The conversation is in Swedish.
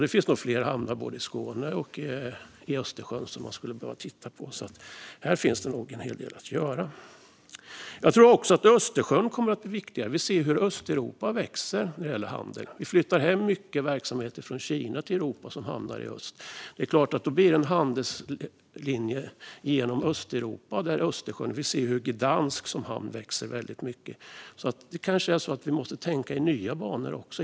Det finns nog fler hamnar både i Skåne och vid Östersjön som man skulle behöva titta på. Här finns det nog en hel del att göra. Jag tror också att Östersjön kommer att bli viktigare. Vi ser att Östeuropa växer när det gäller handel. Vi flyttar hem mycket verksamheter från Kina till Europa som hamnar i öst. Då blir det en handelslinje genom Östeuropa via Östersjön. Vi ser att Gdansk som hamn växer väldigt mycket. Det kanske är så att vi måste tänka i nya banor.